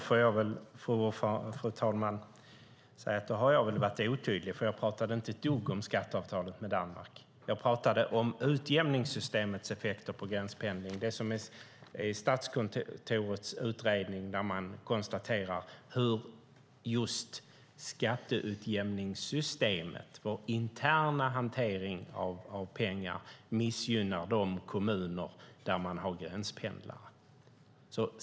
Fru talman! Jag har väl varit otydlig, för jag talade inte ett dugg om skatteavtalet med Danmark utan om utjämningssystemets effekter på gränspendling. I Statskontorets utredning konstaterar man att just skatteutjämningssystemet, vår interna hantering av pengar, missgynnar de kommuner där man har gränspendlare.